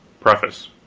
preface